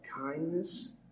kindness